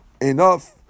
enough